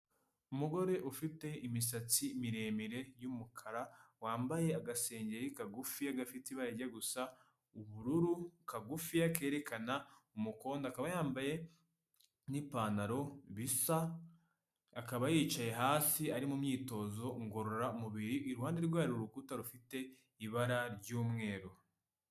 Umugore ufite imisatsi miremire y'umukara, wambaye agasenge kagufi gafite ibara rijya gusa ubururu kagufi kerekana umukondo, akaba yambaye n'ipantaro bisa, akaba yicaye hasi ari mu myitozo ngororamubiri, iruhande rwe hari urukuta rufite ibara ry'umweru.